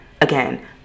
again